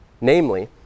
Namely